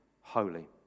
holy